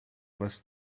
was